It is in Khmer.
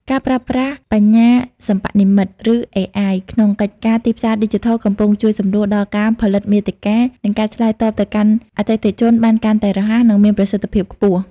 ការប្រើប្រាស់បញ្ញាសិប្បនិម្មិត (ឬ AI) ក្នុងកិច្ចការទីផ្សារឌីជីថលកំពុងជួយសម្រួលដល់ការផលិតមាតិកា និងការឆ្លើយតបទៅកាន់អតិថិជនបានកាន់តែរហ័ស និងមានប្រសិទ្ធភាពខ្ពស់។